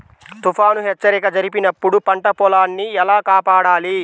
తుఫాను హెచ్చరిక జరిపినప్పుడు పంట పొలాన్ని ఎలా కాపాడాలి?